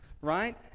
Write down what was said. right